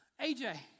AJ